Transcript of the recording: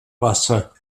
wasser